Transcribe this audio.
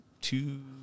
two